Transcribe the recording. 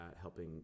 helping